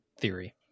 theory